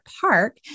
park